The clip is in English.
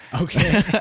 Okay